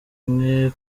imwe